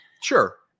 Sure